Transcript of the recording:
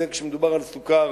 זה כשמדובר על סוכר